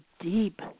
deep